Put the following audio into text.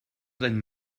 einem